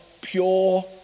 pure